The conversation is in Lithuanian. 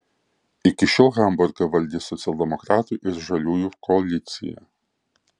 iki šiol hamburgą valdė socialdemokratų ir žaliųjų koalicija